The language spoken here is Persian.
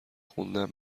خوندن